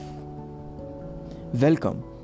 Welcome